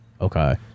Okay